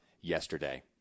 yesterday